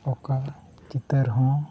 ᱚᱠᱟ ᱪᱤᱛᱟᱹᱨ ᱦᱚᱸ